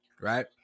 right